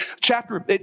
chapter